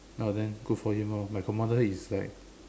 oh then good for him loh like commander is like